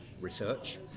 research